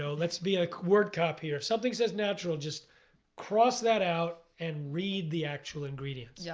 so let's be a word cop here. if something says natural just cross that out and read the actual ingredients. yeah